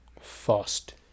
fast